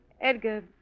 Edgar